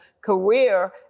career